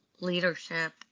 leadership